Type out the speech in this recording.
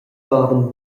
mavan